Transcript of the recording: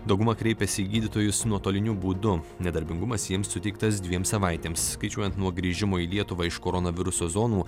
dauguma kreipėsi į gydytojus nuotoliniu būdu nedarbingumas jiems suteiktas dviem savaitėms skaičiuojant nuo grįžimo į lietuvą iš koronaviruso zonų